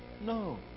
No